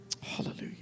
Hallelujah